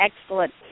excellent